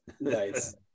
Nice